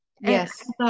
Yes